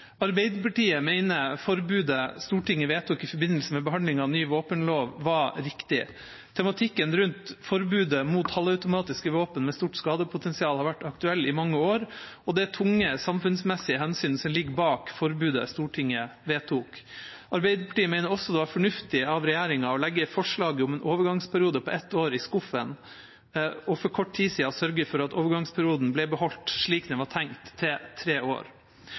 Arbeiderpartiet mener forbudet Stortinget vedtok i forbindelse med behandlingen av ny våpenlov, var riktig. Tematikken rundt forbudet mot halvautomatiske våpen med stort skadepotensial har vært aktuell i mange år, og det er tunge samfunnsmessige hensyn som ligger bak forbudet Stortinget vedtok. Arbeiderpartiet mener også det var fornuftig av regjeringa å legge forslaget om en overgangsperiode på ett år i skuffen, og at den for kort tid siden sørget for at overgangsperioden ble beholdt slik den var tenkt, til tre år.